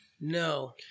No